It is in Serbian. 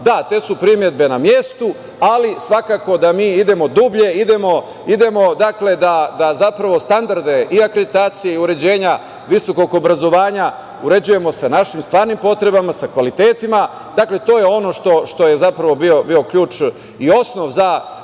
te su primedbe na mestu ali svakako da mi idemo dublje, dakle, idemo da, zapravo, standarde i akreditacije i uređenja visokog obrazovanja uređujemo sa našim stvarnim potrebama, sa kvalitetima. Dakle, to je ono što je bio ključ i osnov i